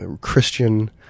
Christian